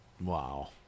Wow